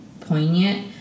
poignant